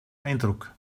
eindruck